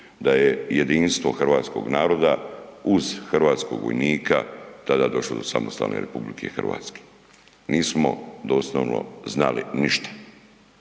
da je jedinstvo hrvatskog naroda uz hrvatskog vojnika tada došlo do samostalne RH. Nismo doslovno znali ništa.